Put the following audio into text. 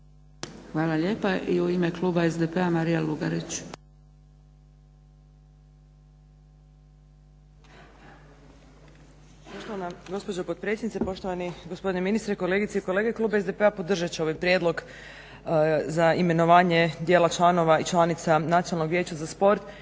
Hvala lijepa. I u kluba SDP-a Marija Lugarić.